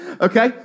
Okay